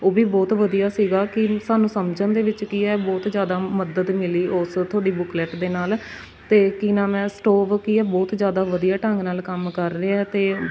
ਉਹ ਵੀ ਬਹੁਤ ਵਧੀਆ ਸੀਗਾ ਕਿ ਸਾਨੂੰ ਸਮਝਣ ਦੇ ਵਿੱਚ ਕੀ ਹੈ ਬਹੁਤ ਜ਼ਿਆਦਾ ਮਦਦ ਮਿਲੀ ਉਸ ਤੁਹਾਡੀ ਬੁਕਲੈਟ ਦੇ ਨਾਲ ਅਤੇ ਕੀ ਨਾਮ ਹੈ ਸਟੋਵ ਕੀ ਹੈ ਬਹੁਤ ਜ਼ਿਆਦਾ ਵਧੀਆ ਢੰਗ ਨਾਲ ਕੰਮ ਕਰ ਰਿਹਾ ਅਤੇ